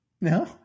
No